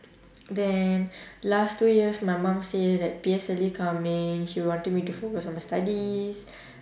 then last two years my mum say that P_S_L_E coming she wanted me to focus on my studies